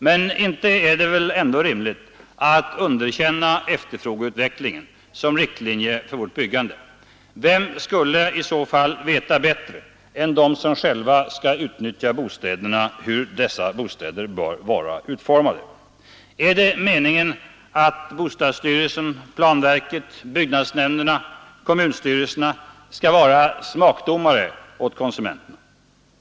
Men inte kan vi väl underkänna efterfrågeutvecklingen som riktlinje för vårt byggande. Vem skulle veta bättre än de som själva skall utnyttja bostäderna hur dessa bör vara utformade? Är det meningen att bostadsstyrelsen, planverket, byggnadsnämnderna och kommunstyrelserna skall vara smakdomare åt konsumen terna?